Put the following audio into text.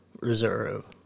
reserve